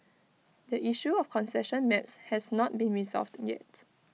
the issue of concession maps has not been resolved yet